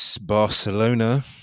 Barcelona